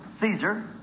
Caesar